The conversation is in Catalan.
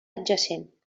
adjacent